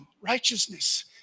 righteousness